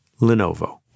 Lenovo